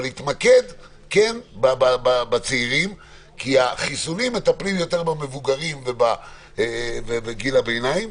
החיסונים מטפלים במבוגרים ובגיל הביניים,